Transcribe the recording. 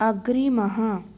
अग्रिमः